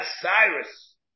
Cyrus